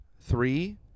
Three